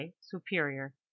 superior